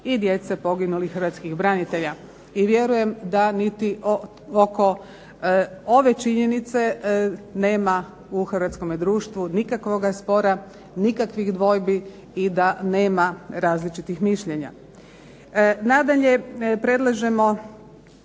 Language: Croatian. i djece poginulih hrvatskih branitelja. I vjerujem da niti oko ove činjenice nema u hrvatskome društvu nikakvoga spora, nikakvih dvojbi i da nema različitih mišljenja. Nadalje, predlažemo